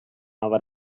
our